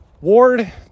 ward